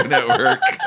Network